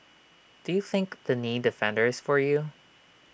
do you think the knee defender is for you